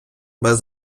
без